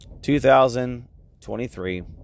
2023